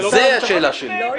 זו השאלה שלי.